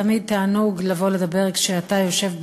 תמיד תענוג לבוא לדבר כשאתה יושב בראש.